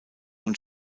und